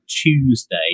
Tuesday